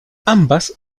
ambas